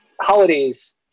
Holidays